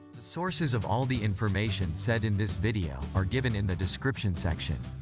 sources of all the information said in this video are given in the description section.